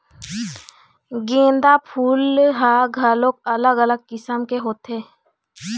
गोंदा फूल ह घलोक अलग अलग किसम के होथे